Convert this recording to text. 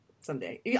Someday